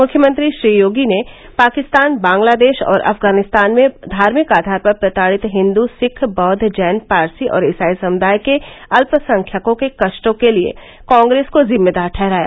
मुख्यमंत्री श्री योगी ने पाकिस्तान बांग्लादेश और अफगानिस्तान में धार्मिक आधार पर प्रताडित हिंदू सिख बौद्द जैन पारसी और ईसाई समुदाय के अल्पसंख्यकों के कष्टों के लिए कांग्रेस को जिम्मेदार ठहराया